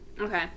Okay